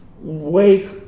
wake